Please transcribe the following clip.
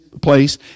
place